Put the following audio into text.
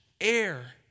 air